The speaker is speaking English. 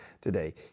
today